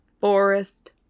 Forest